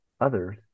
others